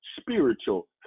spiritual